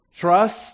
Trust